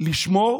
לשמור